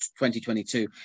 2022